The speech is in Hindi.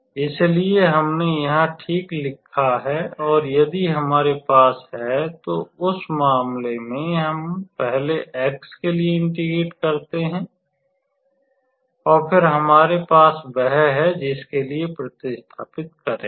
इसलिए हमने यहां ठीक लिखा है और यदि हमारे पास है तो उस मामले में हम पहले x के लिए इंटीग्रेट करते हैं और फिर हमारे पास वह है जिसके लिए प्र्तिस्थापन करेंगे